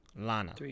Lana